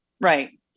right